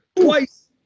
Twice